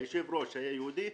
היושב ראש היה יהודי,